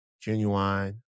Genuine